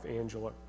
Angela